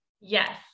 Yes